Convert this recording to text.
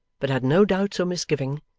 but had no doubts or misgiving,